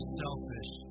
selfish